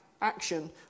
action